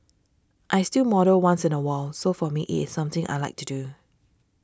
I still model once in a while so for me it is something I like to do